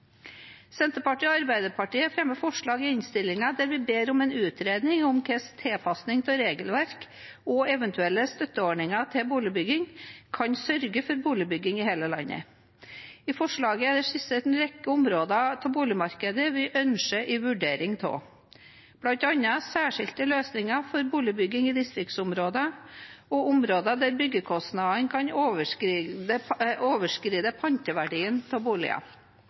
Senterpartiet og Arbeiderpartiet fremmer forslag i innstillingen der vi ber om en utredning om hvordan tilpassing av regelverk og eventuelle støtteordninger til boligbygging kan sørge for boligbygging i hele landet. I forslaget er det skissert en rekke områder av boligmarkedet vi ønsker en vurdering av, bl.a. særskilte løsninger for boligbygging i distriktsområder og områder der byggekostnadene kan overstige panteverdien av boligen,